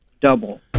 double